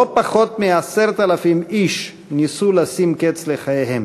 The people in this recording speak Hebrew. לא פחות מ-10,000 איש ניסו לשים קץ לחייהם,